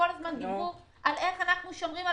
כל הזמן דיברו על איך אנחנו שומרים על